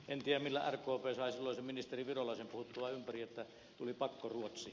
en tiedä millä rkp sai silloisen ministeri virolaisen puhuttua ympäri että tuli pakkoruotsi